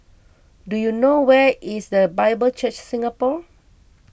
do you know where is the Bible Church Singapore